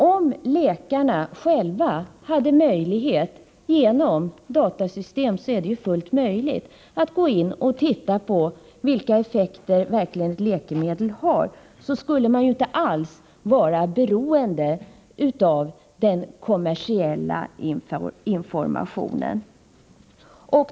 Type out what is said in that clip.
Om läkarna genom datasystem själva hade möjlighet skulle det vara fullt möjligt för dem att gå in och undersöka vilka effekter ett läkemedel verkligen har, och då skulle de inte alls vara beroende av den kommersiella informationen.